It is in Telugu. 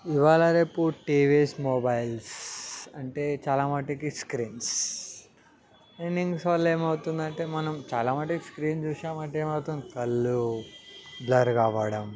ఇవాళ రేపు టీవీస్ మొబైల్స్ అంటే చాలామటుకి స్క్రీన్స్ స్క్రీనింగ్స్ వల్ల ఏమవుతుంది అంటే మనం చాలామటుకి స్క్రీన్స్ చూసామంటే ఏమవుతుంది కళ్ళు బ్లర్ కావడం